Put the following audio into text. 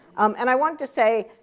um and i want to say,